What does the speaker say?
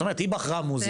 את אומרת היא בחרה מוזיקה.